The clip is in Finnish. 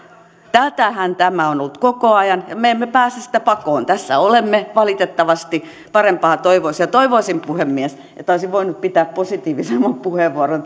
tätähän tämä on ollut koko ajan ja me emme pääse sitä pakoon tässä olemme valitettavasti parempaa toivoisi toivoisin puhemies että olisin voinut pitää positiivisemman puheenvuoron